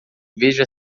veja